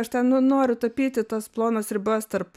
aš ten nu noriu tapyti tas plonas ribas tarp